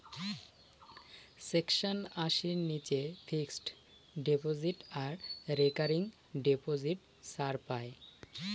section আশির নীচে fixed deposit আর রেকারিং ডিপোজিট ছাড় পাই